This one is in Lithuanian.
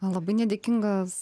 labai nedėkingas